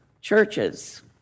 churches